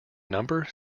number